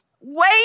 wait